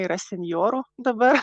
yra senjorų dabar